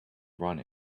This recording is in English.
running